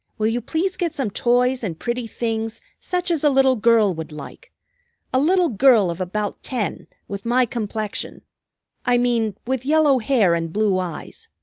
will you please get some toys and pretty things such as a little girl would like a little girl of about ten, with my complexion i mean, with yellow hair and blue eyes.